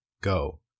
go